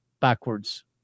backwards